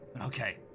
Okay